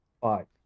Five